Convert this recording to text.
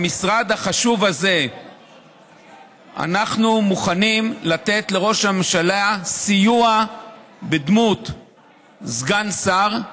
במשרד החשוב הזה אנחנו מוכנים לתת לראש הממשלה סיוע בדמות סגן שר,